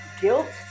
guilt